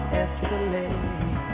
escalate